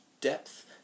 depth